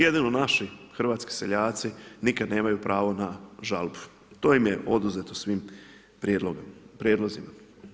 Jedino naši hrvatski seljaci nikada nemaju pravo na žalbu, to im je oduzeto svim prijedlozima.